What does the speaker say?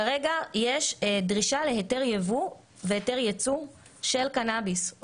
כרגע יש דרישה להיתר יבוא והיתר יצוא של קנאביס.